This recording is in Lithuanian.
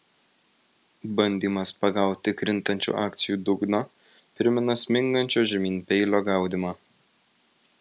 bandymas pagauti krintančių akcijų dugną primena smingančio žemyn peilio gaudymą